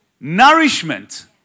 nourishment